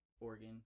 organ